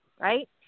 right